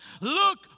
Look